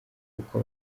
kuko